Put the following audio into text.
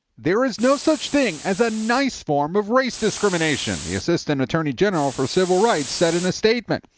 there is no such thing as a nice form of race discrimination, the assistant attorney general for civil rights said in a statement.